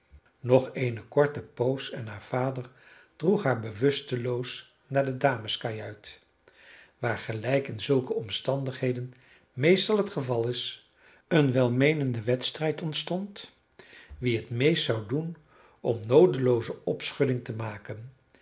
nog eene korte poos en haar vader droeg haar bewusteloos naar de dameskajuit waar gelijk in zulke omstandigheden meestal het geval is een welmeenende wedstrijd ontstond wie het meest zou doen om noodelooze opschudding te maken